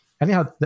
Anyhow